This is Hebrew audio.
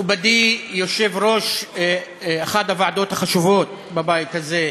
מכובדי יושב-ראש אחת הוועדות החשובות בבית הזה,